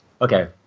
Okay